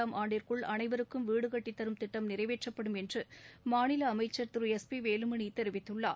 ஆம் ஆண்டிற்குள் அனைவருக்கும் வீடு கட்டி தரும் திட்டம் நிறைவேற்றப்படும் என்று மாநில அமைச்சர் திரு எஸ் பி வேலுமணி தெரிவித்துள்ளார்